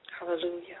Hallelujah